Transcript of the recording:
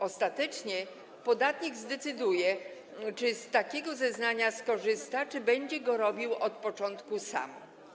Ostatecznie podatnik zdecyduje, czy z takiego zeznania skorzysta, czy będzie będzie to robił od początku sam.